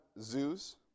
zoos